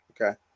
Okay